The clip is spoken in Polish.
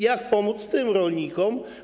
Jak pomóc tym rolnikom?